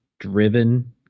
driven